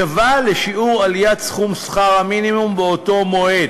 השווה לשיעור עליית סכום שכר המינימום באותו מועד.